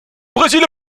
brésil